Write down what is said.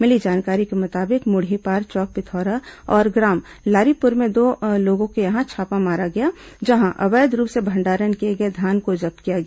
मिली जानकारी के मुताबिक मुढ़ीपार चौक पिथौरा और ग्राम लारीपुर में दो लोगों के यहां छापा मारा गया जहां अवैध रूप से भंडारण किए गए धान को जब्त किया गया